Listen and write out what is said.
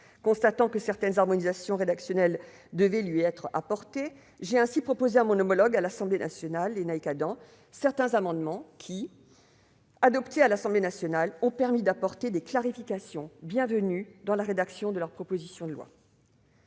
Constatant que certaines harmonisations rédactionnelles devaient lui être apportées, j'ai ainsi proposé à mon homologue à l'Assemblée nationale, Lénaïck Adam, certains amendements, dont l'adoption par les députés a permis d'apporter des clarifications bienvenues dans la rédaction de la proposition de loi.